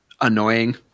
annoying